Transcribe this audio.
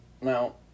Now